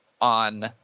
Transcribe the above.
on